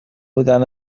بودن